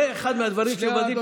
זה אחד מהדברים שמבזים את הכנסת.